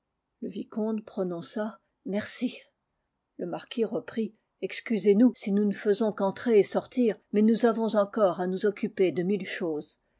le vicomte prononça merci le marquis reprit excusez nous si nous ne faisons qu'entrer et sortir mais nous avons encore à nous occuper de mille choses